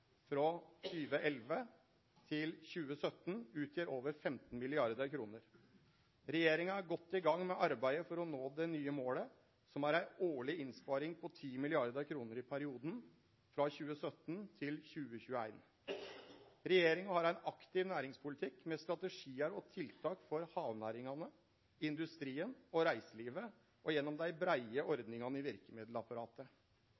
frå 2011 til 2017, utgjer over 15 mrd. kr. Regjeringa er godt i gang med arbeidet for å nå det nye målet, som er ei årleg innsparing på 10 mrd. kr i perioden frå 2017 til 2021. Regjeringa har ein aktiv næringspolitikk med strategiar og tiltak for havnæringane, industrien og reiselivet og gjennom dei breie